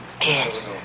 Yes